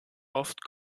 oft